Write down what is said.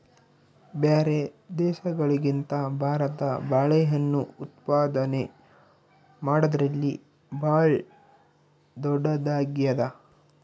ಬ್ಯಾರೆ ದೇಶಗಳಿಗಿಂತ ಭಾರತ ಬಾಳೆಹಣ್ಣು ಉತ್ಪಾದನೆ ಮಾಡದ್ರಲ್ಲಿ ಭಾಳ್ ಧೊಡ್ಡದಾಗ್ಯಾದ